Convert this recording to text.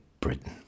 Britain